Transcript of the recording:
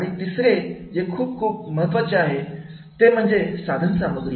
आणि तिसरे जे खूप खूप महत्त्वाचे आहे ते म्हणजे साधन सामग्री